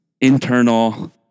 internal